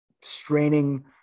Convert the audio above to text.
straining